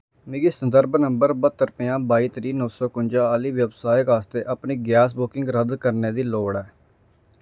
मिगी संदर्भ नंबर ब्हत्तर पंजाह् बाई त्रीह् नौ सौ कुंजा आह्ली व्यवसायक आस्तै अपनी गैस बुकिंग रद्द करने दी लोड़ ऐ